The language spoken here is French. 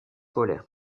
polaires